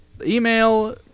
Email